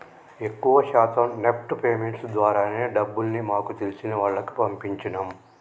ఎక్కువ శాతం NEFT payments ద్వారానే డబ్బుల్ని మాకు తెలిసిన వాళ్లకి పంపించినం